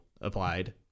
applied